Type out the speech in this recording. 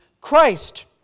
Christ